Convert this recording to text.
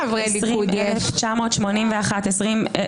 נפל.